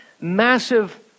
massive